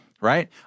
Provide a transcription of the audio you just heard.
right